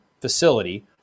facility